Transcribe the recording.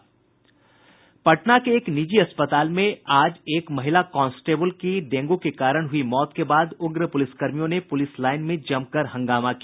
पटना के एक निजी अस्पताल में आज एक महिला कांस्टेबल की डेंगू के कारण हुई मौत के बाद उग्र पुलिसकर्मियों ने पुलिस लाइन में जमकर हंगामा किया